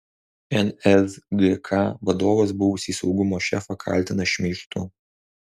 nsgk vadovas buvusį saugumo šefą kaltina šmeižtu